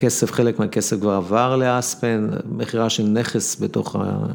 כסף, חלק מהכסף כבר עבר לאספן, מכירה של נכס בתוך ה...